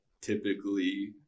typically